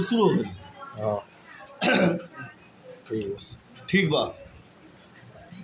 समुंदरी मछरी के मांग बाजारी में बहुते बढ़ गईल बाटे